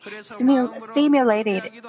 stimulated